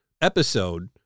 episode